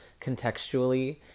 contextually